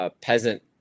Peasant